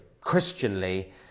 Christianly